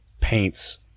paints